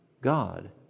God